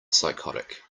psychotic